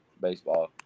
baseball